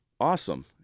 awesome